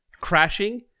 crashing